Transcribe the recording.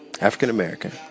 African-American